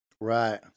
Right